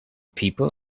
people